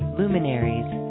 luminaries